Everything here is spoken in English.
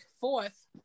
fourth